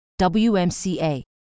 WMCA